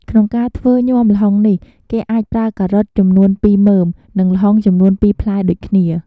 ក្នុងការធ្វើញំាល្ហុងនេះ គេអាចប្រើការ៉ុតចំនួនពីរមើម និងល្ហុងចំនួនពីរផ្លែដូចគ្នា។